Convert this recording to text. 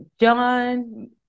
John